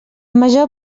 major